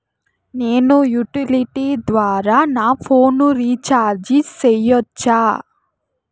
నేను యుటిలిటీ ద్వారా నా ఫోను రీచార్జి సేయొచ్చా?